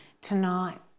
tonight